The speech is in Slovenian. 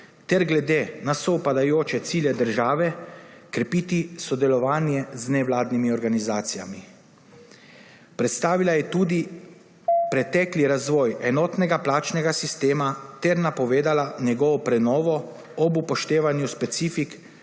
ter glede na sovpadajoče cilje države krepiti sodelovanje z nevladnimi organizacijami. Predstavila je tudi pretekli razvoj enotnega plačnega sistema ter napovedala njegovo prenovo ob upoštevanju specifik